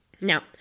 Now